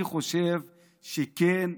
אני חושב שכן.